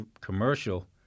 commercial